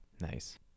Nice